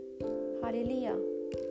Hallelujah